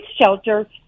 shelter